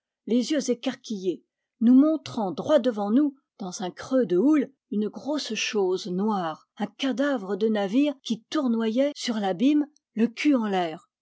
les yeux écarquillés nous montrant droit devant nous dans un creux de houle une grosse chose noire un cadavre de navire qui tournoyait sur t l'abîme le cul en l'air